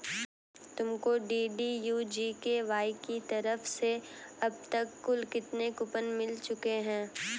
तुमको DDU GKY की तरफ से अब तक कुल कितने कूपन मिल चुके हैं?